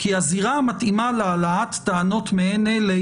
"כי הזירה המתאימה להעלאת טענות מעין אלה,